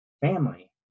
family